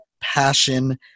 passion